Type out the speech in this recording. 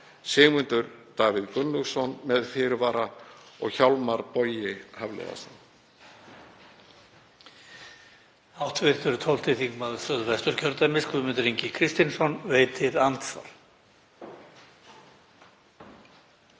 Sigmundur Davíð Gunnlaugsson, með fyrirvara, og Hjálmar Bogi Hafliðason.